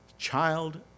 child